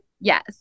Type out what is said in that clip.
Yes